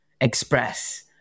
express